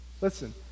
listen